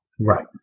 Right